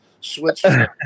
Switzerland